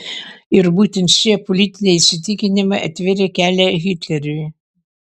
ir būtent šie politiniai įsitikinimai atvėrė kelią hitleriui